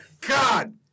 God